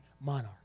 monarch